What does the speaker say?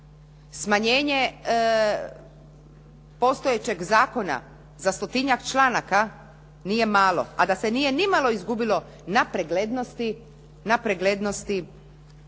smanjenje postojećeg zakona za 100-tinjak članaka nije malo a da se nije nimalo izgubilo na preglednosti koje